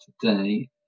today